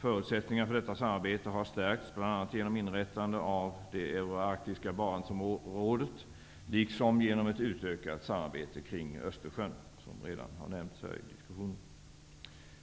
Förutsättningarna för detta samarbete har stärkts, bl.a. genom inrättande av det euroarktiska Barentsrådet liksom genom ett utökat samarbete kring Östersjön, vilket redan har nämnts här i diskussionen.